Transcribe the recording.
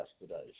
yesterday